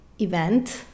event